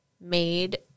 made